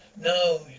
no